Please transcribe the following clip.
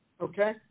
okay